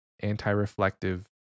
anti-reflective